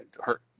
hurt